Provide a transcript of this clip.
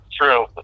true